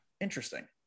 interesting